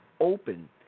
open